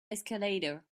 escalator